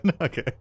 Okay